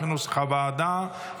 כנוסח הוועדה.